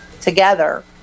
together